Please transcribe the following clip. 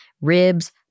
ribs